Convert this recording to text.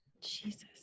Jesus